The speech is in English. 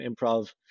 improv